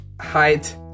height